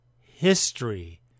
history